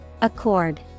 Accord